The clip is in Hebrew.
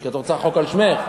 כי את רוצה חוק על שמך?